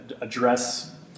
address